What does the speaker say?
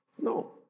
No